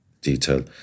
detail